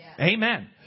Amen